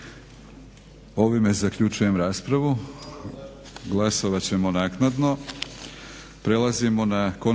Ovime zaključujem raspravu. Glasovati ćemo naknadno.